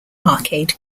arcade